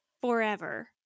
forever